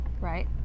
Right